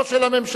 לא של הממשלה,